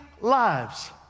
lives